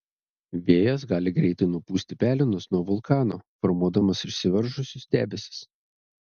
vėjas gali greitai nupūsti pelenus nuo vulkano formuodamas išsiveržusius debesis